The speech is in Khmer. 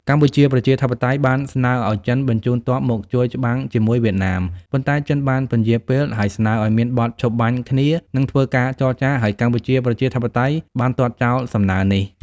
កម្ពុជាប្រជាធិបតេយ្យបានស្នើឱ្យចិនបញ្ជូនទ័ពមកជួយច្បាំងជាមួយវៀតណាម ប៉ុន្តែចិនបានពន្យារពេល ហើយស្នើឱ្យមានបទឈប់បាញ់គ្នា និងធ្វើការចរចា ហើយកម្ពុជាប្រជាធិបតេយ្យបានទាត់ចោលសំណើនេះ។